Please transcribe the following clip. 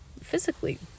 physically